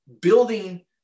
building